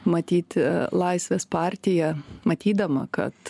matyti laisvės partija matydama kad